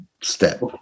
step